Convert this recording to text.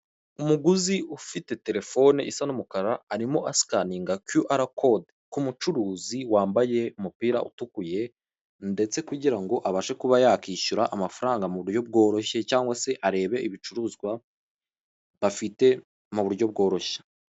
Umuguzi ufite telefone isa n'umukara arimo asikaninga kiyu ara kode ku kumucuruzi wambaye umupira utukuye ndetse kugirango abashe kuba yakishyura amafaranga mu buryo bworoshye cyangwa se arebe ibicuruzwa bafite mu buryo bworoshye.